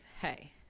Hey